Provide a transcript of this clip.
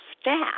staff